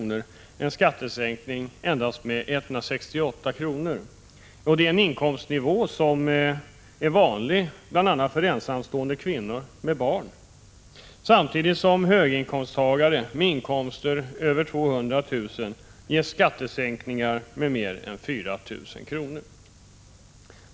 ges en skattesänkning på endast 168 kr., en inkomstnivå som är vanlig för ensamstående kvinnor med barn. Samtidigt ges höginkomsttagare med inkomster över 200 000 kr. skattesänkningar på mer än 4 000 kr.